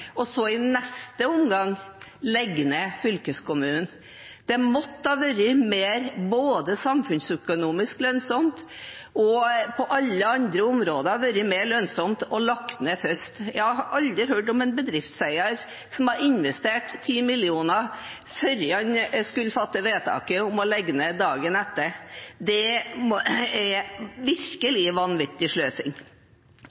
og når man så i neste omgang legger ned fylkeskommunen. Det måtte ha vært mer samfunnsøkonomisk og på alle andre områder mer lønnsomt å legge ned først. Jeg har aldri hørt om en bedriftseier som har investert 10 mill. kr før han dagen etter skulle fatte vedtak om å legge ned.